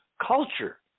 culture